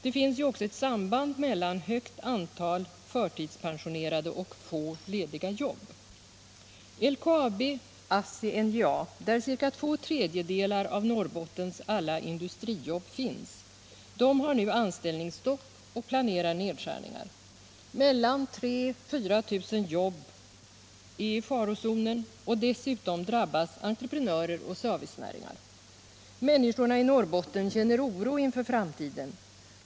Det finns ju också ett samband mellan ett stort antal förtidspensionerade och få lediga jobb. LKAB, ASSI och NJA, där ca två tredjedelar av Norrbottens alla industrijobb finns, har nu anställningsstopp och planerar nedskärningar. Mellan 3 000 och 4000 jobb är i farozonen, och dessutom drabbas entreprenörer och servicenäringar. Människorna i Norrbotten känner oro inför framtiden.